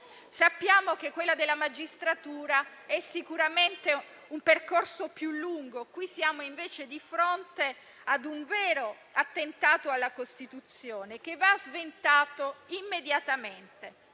Sappiamo che quello della magistratura è sicuramente un percorso più lungo; qui siamo invece di fronte a un vero attentato alla Costituzione, che va sventato immediatamente.